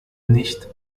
nicht